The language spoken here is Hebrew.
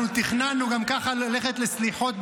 אנחנו תכננו גם ככה ללכת לסליחות,